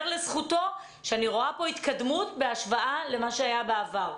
לזכותו שאני רואה התקדמות בהשוואה למה שהיה בעבר.